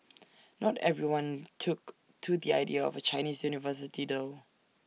not everyone took to the idea of A Chinese university though